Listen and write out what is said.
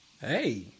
hey